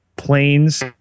planes